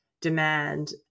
demand